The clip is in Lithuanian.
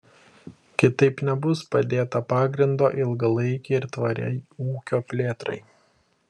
kitaip nebus padėta pagrindo ilgalaikei ir tvariai ūkio plėtrai